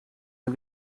een